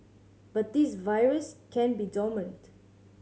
but this virus can be dormant